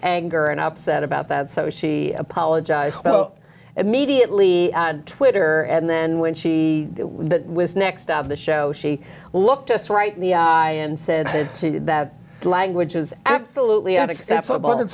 anger and upset about that so she apologised well immediately twitter and then when she was next of the show she looked us right and said that language was absolutely unacceptable and